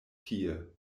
tie